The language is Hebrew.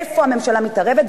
איפה הממשלה מתערבת?